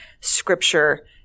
Scripture